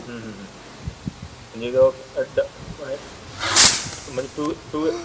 म्हणजे two to